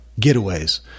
getaways